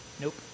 Nope